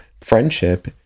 friendship